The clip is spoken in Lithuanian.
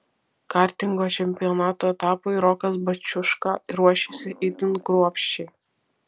kartingo čempionato etapui rokas baciuška ruošėsi itin kruopščiai